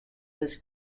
was